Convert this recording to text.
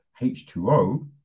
H2O